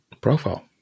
profile